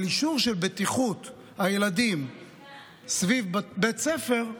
אבל אישור של בטיחות הילדים סביב בית ספר?